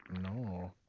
No